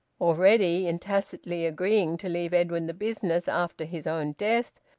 already in tacitly agreeing to leave edwin the business after his own death,